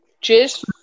Cheers